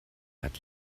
hat